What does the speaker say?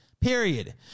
Period